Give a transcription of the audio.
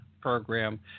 program